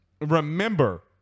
remember